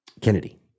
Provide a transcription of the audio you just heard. Kennedy